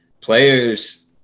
players